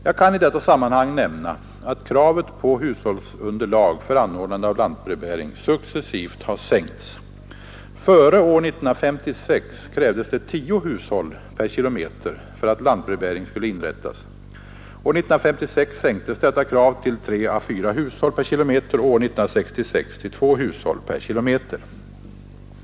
Jag kan i detta sammanhang nämna att kravet på hushållsunderlag för anordnande av lantbrevbäring successivt har sänkts. Före år 1956 krävdes det tio hushåll per kilometer för att lantbrevbäring skulle inrättas, år 1956 sänktes detta krav till tre å fyra hushåll per kilometer och år 1966 till två hushåll per kilometer.